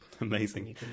Amazing